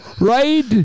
Right